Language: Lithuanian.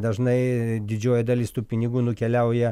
dažnai didžioji dalis tų pinigų nukeliauja